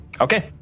Okay